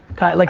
kai, like